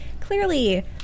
clearly